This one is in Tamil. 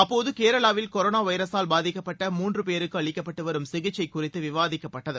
அப்போது கேரளாவில் கொரோனா வைரசால் பாதிக்கப்பட்ட மூன்று பேருக்கு அளிக்கப்பட்டுவரும் சிகிச்சை குறித்து விவாதிக்கப்பட்டது